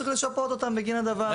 צריך לשפות אותן בגין הדבר הזה.